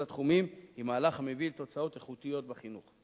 התחומים היא מהלך המביא לתוצאות איכותיות בחינוך .